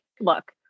look